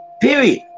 Period